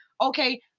Okay